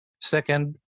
Second